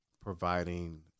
providing